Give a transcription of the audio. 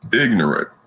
ignorant